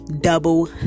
double